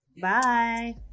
Bye